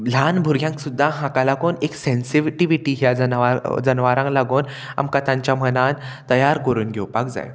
ल्हान भुरग्यांक सुद्दां हाका लागून एक सेंसिटिविटी ह्या जनवर जनवरांक लागोन आमकां तांच्या मनान तयार करून घेवपाक जाय